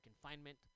confinement